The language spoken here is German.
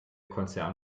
konzern